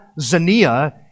zania